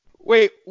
Wait